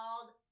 called